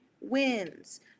wins